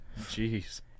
Jeez